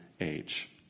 age